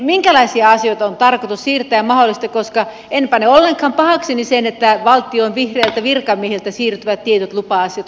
minkälaisia asioita on tarkoitus ja mahdollista siirtää koska en pane ollenkaan pahakseni sitä että valtion vihreiltä virkamiehiltä siirtyvät tietyt lupa asiat kunnille vai